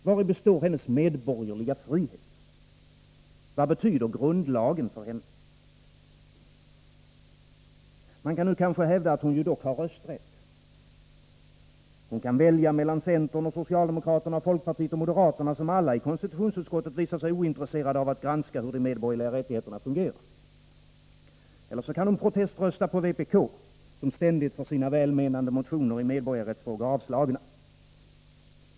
Vari består hennes medborgerliga frihet? Vad betyder grundlagen för henne? Man kan kanske hävda att hon dock har rösträtt. Hon kan välja mellan centern, socialdemokraterna, folkpartiet och moderaterna, som alla i konstitutionsutskottet visar sig ointresserade av att granska hur de medborgerliga rättigheterna fungerar. Eller också kan hon proteströsta på vpk, som ständigt får sina välmenande motioner i medborgarrättsfrågor avslagna.